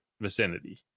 vicinity